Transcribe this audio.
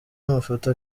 amafoto